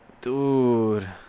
Dude